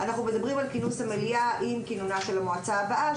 אנחנו מדברים על כינוס המליאה עם כינונה של המועצה הבאה,